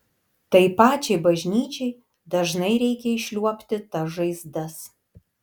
tai pačiai bažnyčiai dažnai reikia išliuobti tas žaizdas